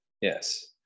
Yes